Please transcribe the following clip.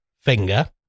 finger